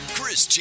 Chris